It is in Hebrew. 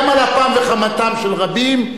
גם על אפם וחמתם של רבים,